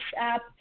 App